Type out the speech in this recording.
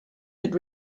that